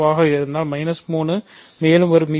வ ஆக இருந்தால் 3 மேலும் மி